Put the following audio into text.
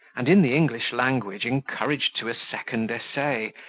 and in the english language encouraged to a second essay,